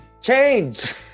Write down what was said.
Change